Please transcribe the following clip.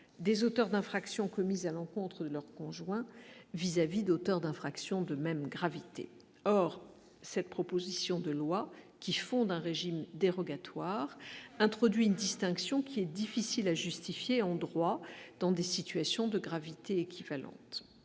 des auteurs d'infractions commises à l'encontre de leur conjoint vis-à-vis d'auteurs d'infractions de même gravité, or cette proposition de loi qui font d'un régime dérogatoire introduit une distinction qui est difficile à justifier endroits dans des situations de gravité équivalente,